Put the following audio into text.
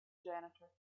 janitor